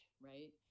right